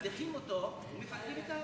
אבל מדיחים אותו ומפרקים את העירייה.